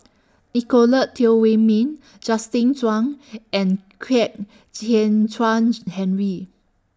Nicolette Teo Wei Min Justin Zhuang and Kwek Hian Chuan Henry